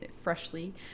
freshly